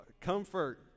Comfort